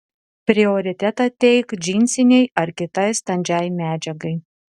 prioritetą teik džinsinei ar kitai standžiai medžiagai